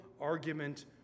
argument